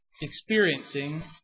experiencing